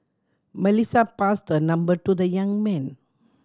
Melissa passed her number to the young man